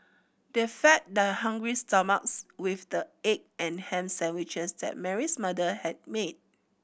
they fed their hungry stomachs with the egg and ham sandwiches that Mary's mother had made